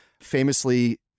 famously